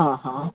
हांहां